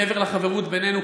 מעבר לחברות בינינו,